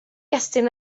estyn